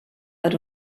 per